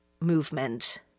movement